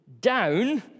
down